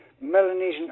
Melanesian